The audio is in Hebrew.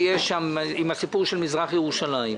עם הסיפור של מזרח ירושלים,